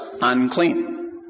unclean